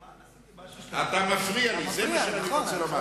מה עשיתי, אתה מפריע לי, זה מה שאני רוצה לומר לך.